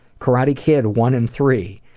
karate kid one and three.